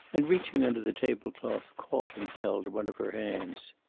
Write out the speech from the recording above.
and reaching under the table-cloth, caught and held one of her hands.